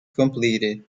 completed